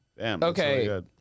Okay